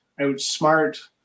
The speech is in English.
outsmart